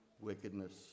Wickedness